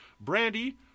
Brandy